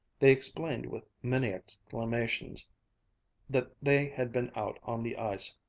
they explained with many exclamations that they had been out on the ice,